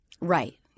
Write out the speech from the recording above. Right